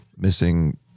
missing